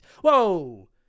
whoa